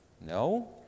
No